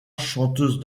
chanteuse